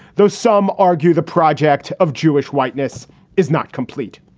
though some argue the project of jewish whiteness is not complete.